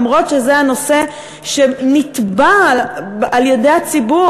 אף שזה הנושא שנתבע על-ידי הציבור.